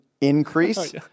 increase